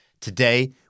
Today